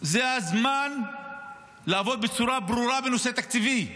זה הזמן לעבוד בצורה ברורה בנושא התקציבי.